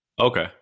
Okay